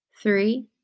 three